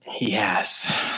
Yes